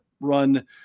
run